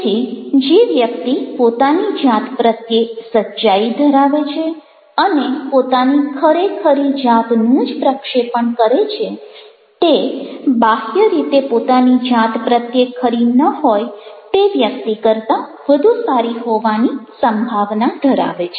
તેથી જે વ્યક્તિ પોતાની જાત પ્રત્યે સચ્ચાઈ ધરાવે છે અને પોતાની ખરેખરી જાતનું જ પ્રક્ષેપણ કરે છે તે બાહ્ય રીતે પોતાની જાત પ્રત્યે ખરી ના હોય તે વ્યક્તિ કરતાં વધુ સારી હોવાની સંભાવના ધરાવે છે